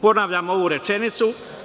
Ponavljam ovu rečenicu.